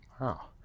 Wow